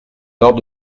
lors